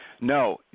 No